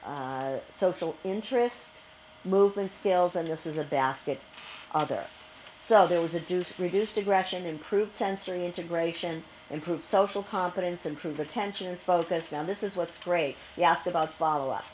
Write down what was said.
social interest movement skills and this is a basket other so there was a doof reduced aggression improved sensory integration improved social competence improve attention and focus on this is what's great about follow up